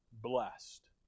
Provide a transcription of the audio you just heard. blessed